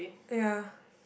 oh ya